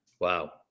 wow